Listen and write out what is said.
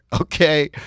okay